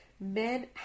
men